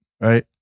right